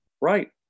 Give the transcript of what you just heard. Right